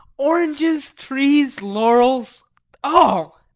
oranges, trees, laurels oh!